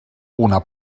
una